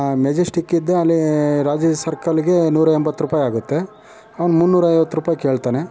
ಮೆಜೆಸ್ಟಿಕಿದ್ದ ಅಲ್ಲಿ ರಾಜಾಜಿ ಸರ್ಕಲ್ಗೆ ನೂರ ಎಂಬತ್ತು ರೂಪಾಯಿ ಆಗುತ್ತೆ ಅವನು ಮುನ್ನೂರೈವತ್ತು ರೂಪಾಯಿ ಕೇಳ್ತಾನೆ